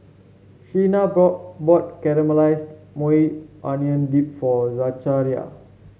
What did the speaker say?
Sheena brought bought Caramelized Maui Onion Dip for Zachariah